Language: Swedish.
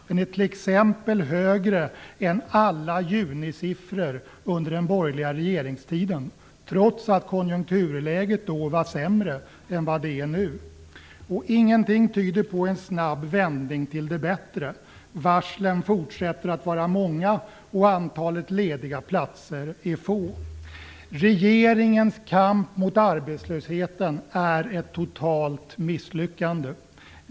Den är t.ex. högre än alla junisiffror under den borgerliga regeringstiden, trots att konjunkturläget då var sämre än vad det är nu. Ingenting tyder på en snabb vändning till det bättre. Varslen fortsätter att vara många, och antalet lediga platser är få. Regeringens kamp mot arbetslösheten är ett totalt misslyckande.